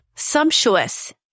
sumptuous